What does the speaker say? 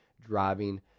driving